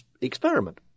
experiment